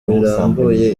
birambuye